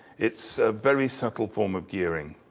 it's a very subtle form of gearing.